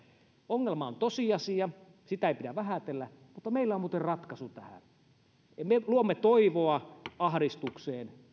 ongelma on tosiasia eikä sitä pidä vähätellä mutta meillä on muuten ratkaisu tähän me luomme toivoa ahdistukseen